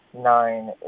nine